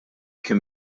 kien